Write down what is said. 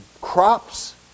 crops